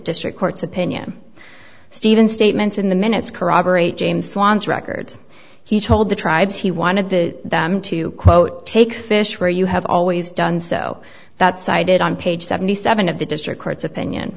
district court's opinion stephen statements in the minutes corroborate james wants records he told the tribes he wanted the them to quote take fish where you have always done so that sided on page seventy seven of the district court's opinion